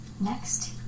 next